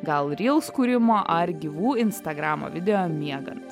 gal ryls kūrimo ar gyvų instagramo video miegant